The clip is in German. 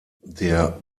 der